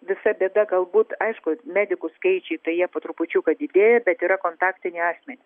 visa bėda galbūt aišku medikų skaičiai tai jie po trupučiuką didėja bet yra kontaktiniai asmeny